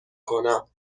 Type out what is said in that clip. کنم